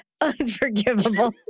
Unforgivable